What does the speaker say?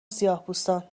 سیاهپوستان